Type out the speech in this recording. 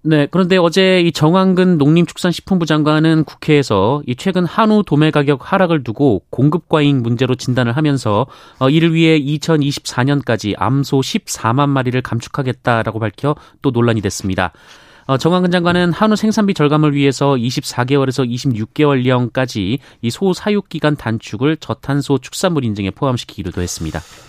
네, 그런데 어제 이 정황근 농림축산식품부 장관은 국회에서 이 최근 한우 도매 가격 하락을 두고 공급 과잉 문제로 진단을 하면서 어, 이를 위해 2024년까지 암소 14만 마리를 감축하겠다라고 밝혀 또 논란이 됐습니다. 어, 정황근 장관은 한우 생산비 절감을 위해서 24 개월에서 26 개월령까지 이 소 사육 기간 단축을 저탄소 축산물 인증에 포함시키기로도 했습니다.